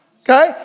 okay